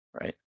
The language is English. Right